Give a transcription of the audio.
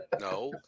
No